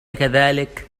كذلك